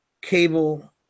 cable